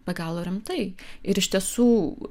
be galo rimtai ir iš tiesų